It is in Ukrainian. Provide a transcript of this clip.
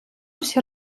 всі